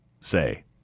say